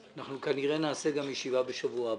אנחנו נעשה כנראה ישיבה גם בשבוע הבא.